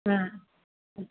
ம்